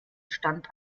stand